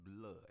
blood